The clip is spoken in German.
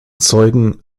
zeugen